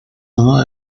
uno